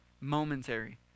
momentary